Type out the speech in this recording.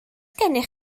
gennych